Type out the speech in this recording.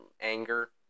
anger